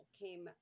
came